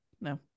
no